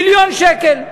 מיליון שקלים.